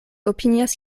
opinias